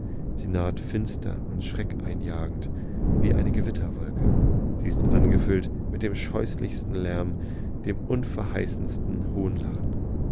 sie nahet finster und schreckeinjagend wie eine gewitterwolke sie ist angefüllt mit dem scheußlichsten lärm dem unglückverheißendsten hohnlachen